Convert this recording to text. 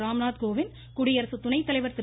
ராம்நாத் கோவிந்த் குடியரசு துணை தலைவர் திரு